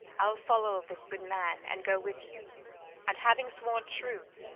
i ll follow this good man, and go with you and, having sworn truth,